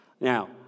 Now